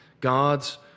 God's